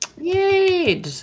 Yay